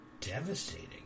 devastating